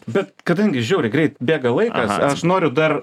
bet kadangi žiauriai greit bėga laikas aš noriu dar